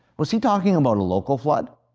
was he talking about a local flood?